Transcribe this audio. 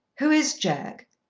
who is jack?